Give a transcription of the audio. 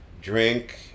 drink